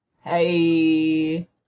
Hey